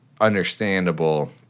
understandable